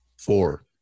Four